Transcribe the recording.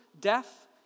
death